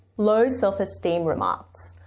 low self-esteem remarks.